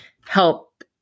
help